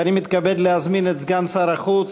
אני מתכבד להזמין את סגן שר החוץ,